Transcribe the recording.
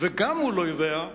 וגם מול אויביה,